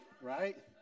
right